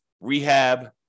rehab